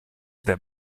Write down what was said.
tre